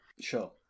sure